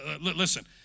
Listen